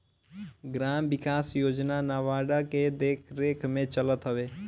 gram विकास योजना NABARD के देखरेख में चलत हवे